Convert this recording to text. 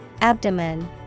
Abdomen